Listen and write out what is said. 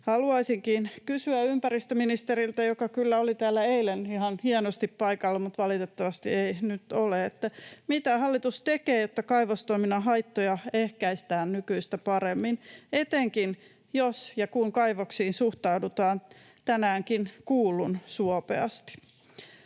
Haluaisinkin kysyä ympäristöministeriltä — joka kyllä oli täällä eilen ihan hienosti paikalla mutta valitettavasti ei nyt ole — että mitä hallitus tekee, jotta kaivostoiminnan haittoja ehkäistään nykyistä paremmin, etenkin jos ja kun kaivoksiin suhtaudutaan tänäänkin kuullun suopeasti.